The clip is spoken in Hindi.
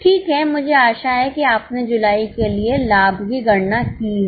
ठीक है मुझे आशा है कि आपने जुलाई के लिए लाभ की गणना की है